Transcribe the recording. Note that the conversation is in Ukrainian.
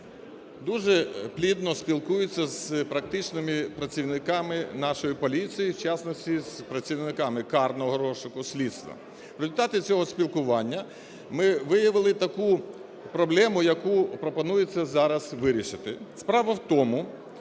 дуже плідно спілкується з практичними працівниками нашої поліції, в частности з працівниками карного розшуку, слідства. В результаті цього спілкування ми виявили таку проблему, яку пропонується зараз вирішити. Справа в тому,